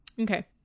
okay